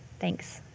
thanks.